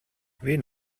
wen